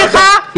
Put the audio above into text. סליחה,